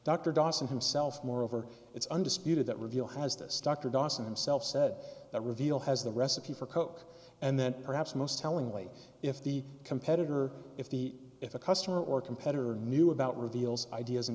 dr dawson himself moreover it's undisputed that reveal has this dr dawson himself said that reveal has the recipe for coke and then perhaps most tellingly if the competitor if the if a customer or competitor knew about reveals ideas and